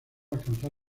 alcanzar